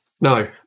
No